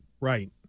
Right